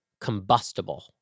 combustible